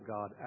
God